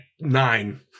nine